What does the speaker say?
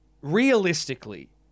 realistically